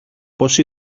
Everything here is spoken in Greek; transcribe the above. πως